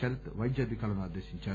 శరత్ పైద్య అధికారులను ఆదేశించారు